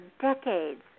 decades